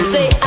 Say